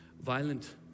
violent